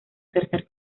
tercer